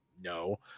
No